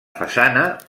façana